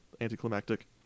anticlimactic